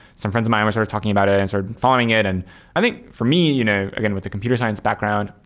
some friends of mine were sort of talking about it and sort of following it. and i think, for me, you know again with a computer science background,